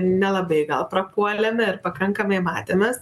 nelabai gal prapuolėme ir pakankamai matėmės